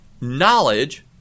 knowledge